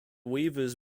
weavers